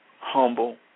humble